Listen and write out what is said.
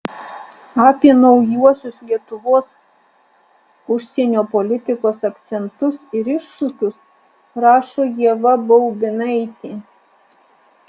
apie naujuosius lietuvos užsienio politikos akcentus ir iššūkius rašo ieva baubinaitė